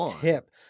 tip